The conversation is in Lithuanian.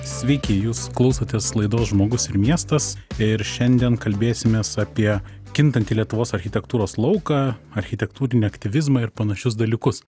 sveiki jūs klausotės laidos žmogus ir miestas ir šiandien kalbėsimės apie kintantį lietuvos architektūros lauką architektūrinį aktyvizmą ir panašius dalykus